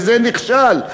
וזה נכשל,